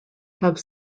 have